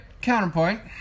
counterpoint